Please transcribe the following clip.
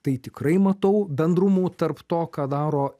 tai tikrai matau bendrumų tarp to ką daro